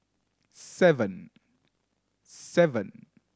seven